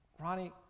Ronnie